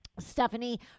Stephanie